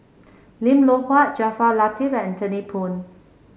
Lim Loh Huat Jaafar Latiff and Anthony Poon